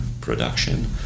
production